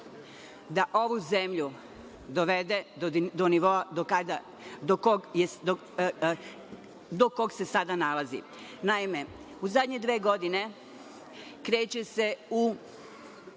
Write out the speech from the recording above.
da ovu zemlju dovede do nivoa do kog se sada nalazi. Naime, u zadnje dve godine kreće se u